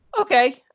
okay